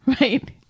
Right